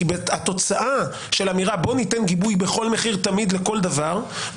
כי התוצאה של האמירה: בואו ניתן גיבוי בכל מחיר תמיד לכל דבר,